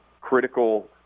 critical